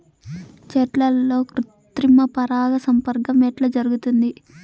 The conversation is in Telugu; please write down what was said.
చెట్లల్లో కృత్రిమ పరాగ సంపర్కం ఎట్లా జరుగుతుంది?